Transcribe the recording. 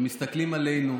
ומסתכלים עלינו,